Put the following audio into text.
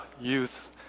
youth